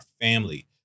family